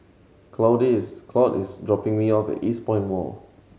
Claude is dropping me off at Eastpoint Mall